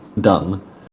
done